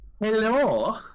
Hello